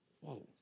Whoa